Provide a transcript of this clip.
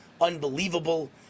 Unbelievable